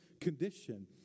condition